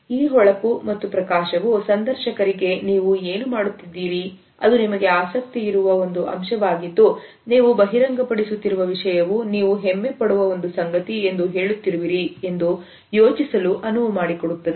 ಈ ಹೊಳಪು ಮತ್ತು ಪ್ರಕಾಶವು ಸಂದರ್ಶಕರಿಗೆ ನೀವು ಏನು ಮಾಡುತ್ತಿದ್ದೀರಿ ಅದು ನಿಮಗೆ ಆಸಕ್ತಿ ಇರುವ ಒಂದು ಅಂಶವಾಗಿದ್ದು ನೀವು ಬಹಿರಂಗಪಡಿಸುತ್ತಿರುವ ವಿಷಯವು ನೀವು ಹೆಮ್ಮೆ ಪಡುವ ಒಂದು ಸಂಗತಿ ಎಂದು ಹೇಳುತ್ತಿರುವಿರಿ ಎಂದು ಯೋಚಿಸಲು ಅನುವು ಮಾಡಿಕೊಡುತ್ತದೆ